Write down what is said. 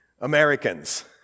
Americans